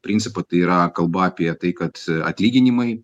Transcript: principo tai yra kalba apie tai kad e atlyginimai